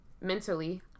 mentally